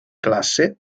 classe